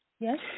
Yes